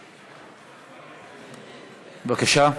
בבקשה.